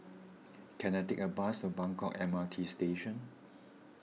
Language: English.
can I take a bus to Buangkok M R T Station